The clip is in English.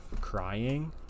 crying